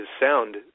sound